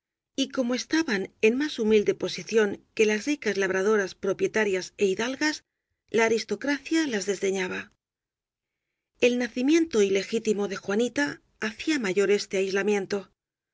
y como estaban en más humilde posición que las ricas labradoras propietarias é hidalgas la aristocracia las desdeña ba el nacimiento ilegítimo de juanita hacía mayor este aislamiento